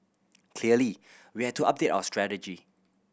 clearly we had to update our strategy